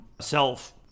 self